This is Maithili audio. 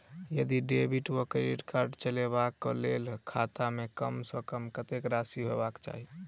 यदि डेबिट वा क्रेडिट कार्ड चलबाक कऽ लेल खाता मे कम सऽ कम कत्तेक राशि हेबाक चाहि?